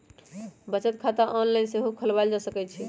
बचत खता ऑनलाइन सेहो खोलवायल जा सकइ छइ